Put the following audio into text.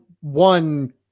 one